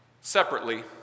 Separately